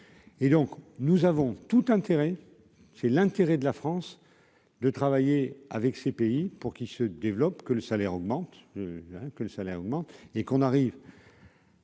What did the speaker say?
et donc nous avons tout intérêt, c'est l'intérêt de la France, de travailler avec ces pays pour qu'il se développe, que le salaire augmente, hein, que le salaire augmente, dès qu'on arrive.